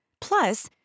Plus